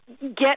get